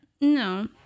No